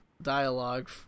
dialogue